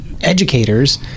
educators